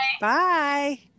Bye